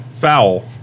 foul